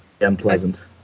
unpleasant